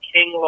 King